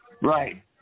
Right